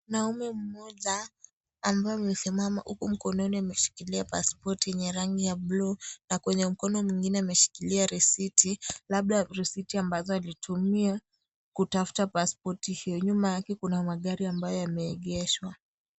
Mwanaume mmoja, ambaye amesimama huku mkononi ameshikilia paspoti yenye rangi ya blue , na kwenye mkono mwingine ameshikilia risiti, labda risiti ambazo alitumia kutafuta paspoti hio nyuma yake kuna magari ambayo yameegeshwa.